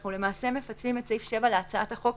אנחנו מפצלים את סעיף 7 להצעת החוק,